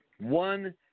one